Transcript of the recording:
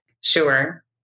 Sure